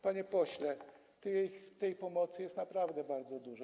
Panie pośle, tej pomocy jest naprawdę bardzo dużo.